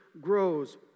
grows